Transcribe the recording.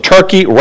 Turkey